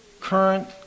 current